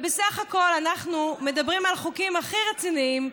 בסך הכול אנחנו מדברים על החוקים הכי רציניים,